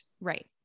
Right